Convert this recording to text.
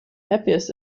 happiest